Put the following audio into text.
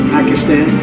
Pakistan